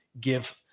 give